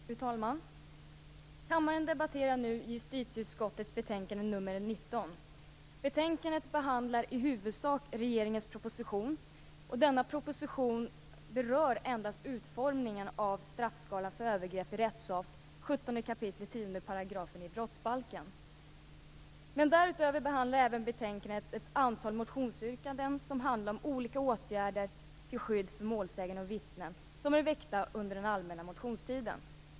Fru talman! Kammaren debatterar nu justitieutskottets betänkande nr 19. Betänkandet behandlar i huvudsak regeringens proposition. Denna proposition berör endast utformningen av straffskalan för övergrepp i rättssak, 17 kap. 10 § i brottsbalken. Men därutöver behandlar betänkandet även ett antal motioner om olika åtgärder till skydd för målsäganden och vittnen, som är väckta under den allmänna motionstiden.